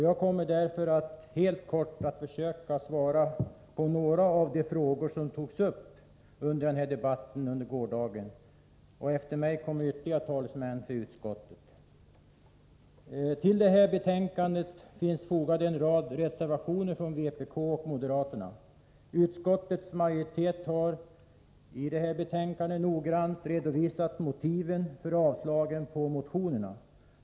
Jag kommer därför att, helt kort, försöka svara på några av de frågor som ställdes under gårdagens debatt. Efter mig följer ytterligare talesmän för utskottet. Till betänkandet finns fogade en rad reservationer från vpk och moderaterna. Utskottets majoritet har i betänkandet noga redovisat motiven för yrkandena om avslag på motionerna.